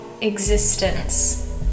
existence